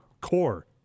core